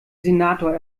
senator